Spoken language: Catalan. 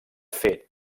fer